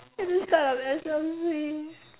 at the start of S_L_C